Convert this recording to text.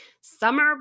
summer